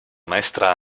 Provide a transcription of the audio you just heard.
maestra